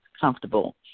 comfortable